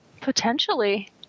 Potentially